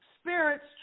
Spirits